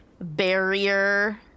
barrier